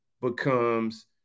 becomes